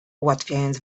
ułatwiając